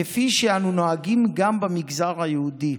כפי שאנו נוהגים גם במגזר היהודי.